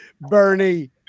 Bernie